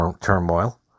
turmoil